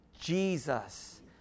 Jesus